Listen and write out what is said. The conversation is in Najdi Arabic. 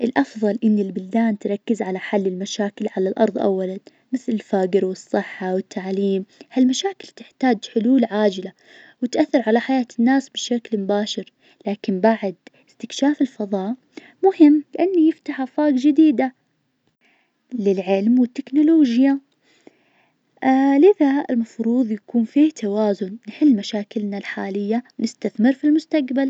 الأفظل إن البلدان تركز على حل المشاكل على الأرض أولا مثل الفقر والصحة والتعليم ها المشاكل تحتاج حلول عاجلة وتأثر على حياة الناس بشكل مباشر. لكن بعد استكشاف الفظاء مهم لأنه يفتح آفاق جديدة للعلم والتكنولوجيا. لذا المفروظ يكون في توازن نحل مشاكلنا الحالية ونستثمر في المستقبل.